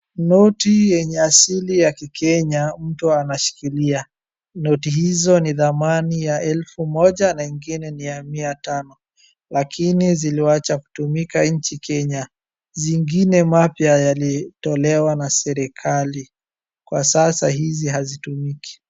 Noti yenye asili ya Kikenya mtu anashikilia. Noti hizo ni dhamani ya elfu moja na ingine ni ya mia tano laki ni ziliacha kutumika nchi Kenya. Zingine mapya yalitolewa na serikali. Kwa sasa hizi hazitumiki.